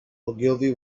ogilvy